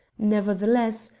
nevertheless,